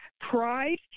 pride